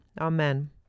Amen